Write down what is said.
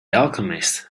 alchemist